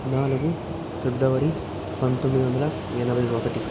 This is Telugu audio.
పద్నాలుగు ఫిబ్రవరి పంతొమ్మిది వందల ఎనభై ఒకటి